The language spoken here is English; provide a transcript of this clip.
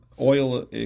oil